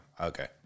Okay